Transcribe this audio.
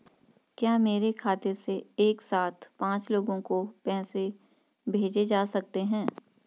क्या मेरे खाते से एक साथ पांच लोगों को पैसे भेजे जा सकते हैं?